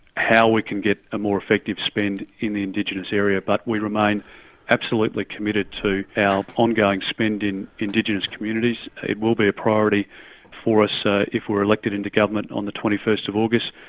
how we can get a more effective spend in the indigenous area. but we remain absolutely committed to our ongoing spend in indigenous communities, it will be a priority for us ah if we're elected into government on the twenty first august,